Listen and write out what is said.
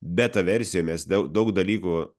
beta versijoj mes dau daug dalykų